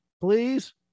please